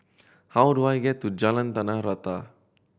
how do I get to Jalan Tanah Rata